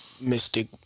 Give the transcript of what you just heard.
Mystic